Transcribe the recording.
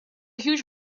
huge